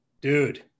dude